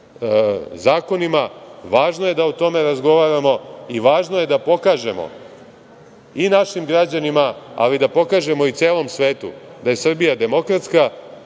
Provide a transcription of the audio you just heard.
zakonima. Važno je da o tome razgovaramo i važno je da pokažemo i našim građanima, ali da pokažemo celom svetu da je Srbija demokratska